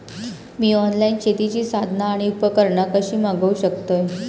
मी online शेतीची साधना आणि उपकरणा कशी मागव शकतय?